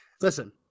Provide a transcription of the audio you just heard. listen